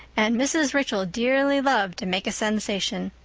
and mrs. rachel dearly loved to make a sensation.